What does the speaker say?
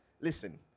Listen